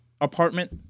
apartment